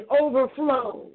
overflowed